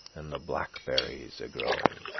and the blackberries a-growing,